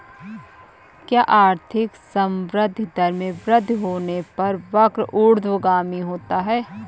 क्या आर्थिक संवृद्धि दर में वृद्धि होने पर वक्र ऊर्ध्वगामी होता है?